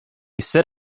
sit